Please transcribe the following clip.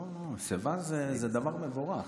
לא, שיבה זה דבר מבורך.